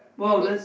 we need